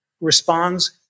responds